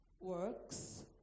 works